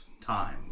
time